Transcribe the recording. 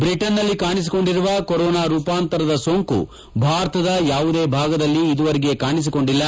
ಬ್ರಿಟನ್ನಲ್ಲಿ ಕಾಣಿಸಿಕೊಂಡಿರುವ ಕೊರೋನಾ ರೂಪಾಂತರದ ಸೋಂಕು ಭಾರತದ ಯಾವುದೇ ಭಾಗದಲ್ಲಿ ಇದುವರೆಗೆ ಕಾಣಿಸಿಕೊಂಡಿಲ್ಲ